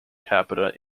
capita